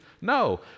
No